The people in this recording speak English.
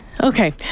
Okay